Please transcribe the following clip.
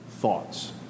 thoughts